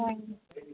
হয়